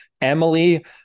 Emily